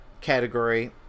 category